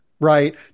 right